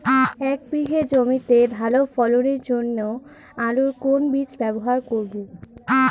এক বিঘে জমিতে ভালো ফলনের জন্য আলুর কোন বীজ ব্যবহার করব?